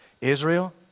Israel